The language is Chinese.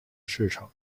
市场